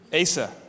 Asa